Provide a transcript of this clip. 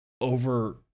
over